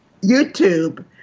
YouTube